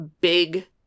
big